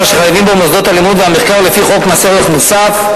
שחייבים בו מוסדות הלימוד והמחקר לפי חוק מס ערך מוסף,